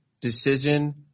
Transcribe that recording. decision